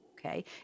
Okay